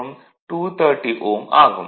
25 Ω மற்றும் 230 Ω ஆகும்